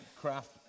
craft